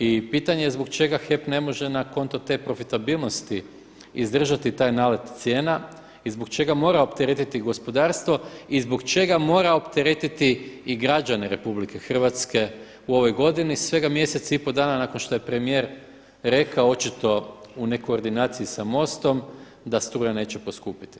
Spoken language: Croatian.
I pitanje je zbog čega HEP ne može na konto te profitabilnosti izdržati taj nalet cijena i zbog čega mora opteretiti gospodarstvo i zbog čega mora opteretiti i građane Republike Hrvatske u ovoj godini svega mjesec i pol dana nakon što je premijer rekao očito u nekoordinaciji sa MOST-om da struja neće poskupiti.